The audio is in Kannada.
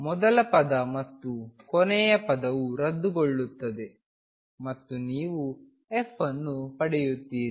ಮೊದಲ ಪದ ಮತ್ತು ಕೊನೆಯ ಪದವು ರದ್ದುಗೊಳ್ಳುತ್ತದೆ ಮತ್ತು ನೀವು f ಅನ್ನು ಪಡೆಯುತ್ತೀರಿ